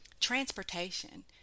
Transportation